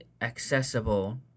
accessible